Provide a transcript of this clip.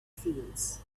fields